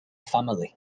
family